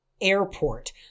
airport